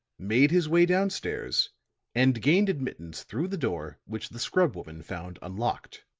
made his way down stairs and gained admittance through the door which the scrub woman found unlocked.